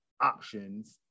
options